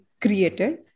created